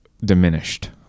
diminished